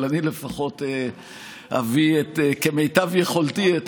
אבל אני לפחות אביא כמיטב יכולתי את